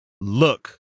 Look